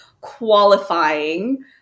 qualifying